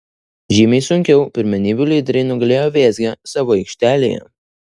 žymiai sunkiau pirmenybių lyderiai nugalėjo vėzgę savo aikštelėje